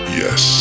yes